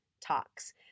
talks